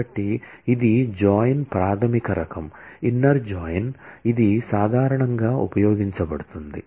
కాబట్టి ఇది జాయిన్ ప్రాథమిక రకం ఇన్నర్ జాయిన్ ఇది సాధారణంగా ఉపయోగించబడుతుంది